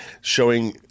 showing